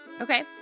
okay